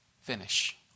finish